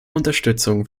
unterstützung